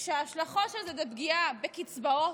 כשההשלכות של זה הן פגיעה בקצבאות,